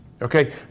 Okay